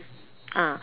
ah